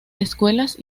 escuelas